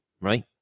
right